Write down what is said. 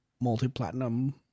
multi-platinum